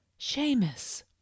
Seamus